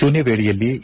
ಶೂನ್ಕ ವೇಳೆಯಲ್ಲಿ ಎ